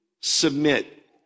submit